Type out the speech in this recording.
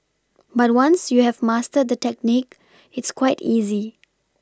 but once you have mastered the technique it's quite easy